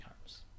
homes